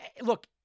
Look